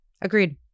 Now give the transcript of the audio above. Agreed